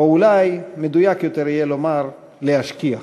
או אולי מדויק יותר יהיה לומר: להשכיח.